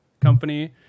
company